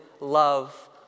love